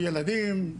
ילדים,